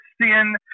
sin